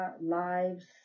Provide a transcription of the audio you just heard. lives